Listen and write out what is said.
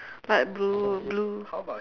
light blue blue